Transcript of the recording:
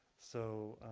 so